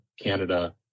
Canada